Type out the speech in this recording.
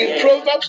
Proverbs